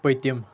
پٔتِم